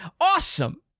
awesome